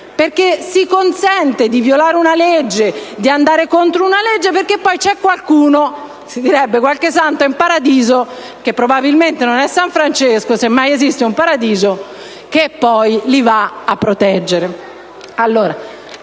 perché si consente di violare una legge, di andare contro una legge perché c'è qualcuno, qualche santo in Paradiso, che probabilmente non è san Francesco, se mai esiste un Paradiso, che poi protegge